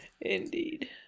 Indeed